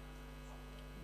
אותו והוא אמר את אותם דברים.